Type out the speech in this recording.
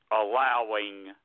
allowing